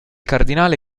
cardinale